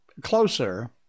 closer